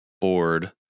board